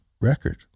record